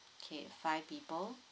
okay five people